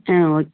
ம் ஓகே